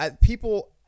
people